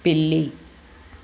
పిల్లి